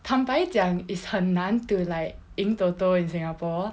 坦白讲 it's 很难 to like 赢 TOTO in singapore